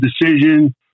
decision